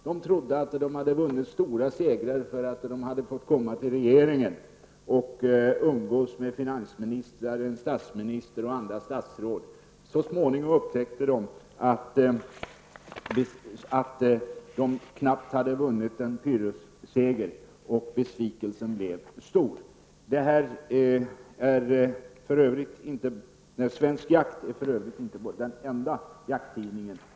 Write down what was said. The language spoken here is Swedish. De trodde de hade vunnit stora segrar därför att de hade fått komma till regeringen och umgås med finansministern, en statsminister och andra statsråd. Så småningom upptäckte de att de knappt hade vunnit en pyrrusseger, och besvikelsen blev stor. Svensk jakt är för övrigt inte den enda jakttidningen.